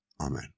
Amen